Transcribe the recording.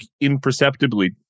imperceptibly